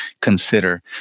consider